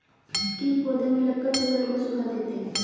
कीट पौधे में लगकर फसल को सुखा देते हैं